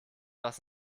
was